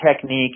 technique